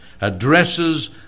addresses